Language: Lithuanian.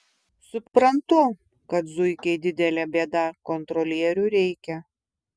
suprantu kad zuikiai didelė bėda kontrolierių reikia